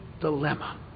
dilemma